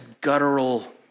guttural